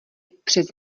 přec